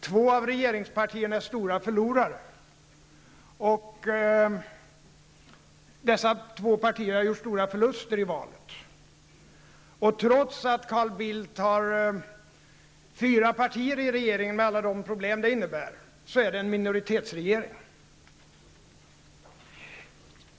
Två av regeringspartierna är stora förlorare, de har gjort stora förluster i valet. Trots att Carl Bildt har fyra partier i regeringen med alla de problem som detta innebär är det en minoritetsregering.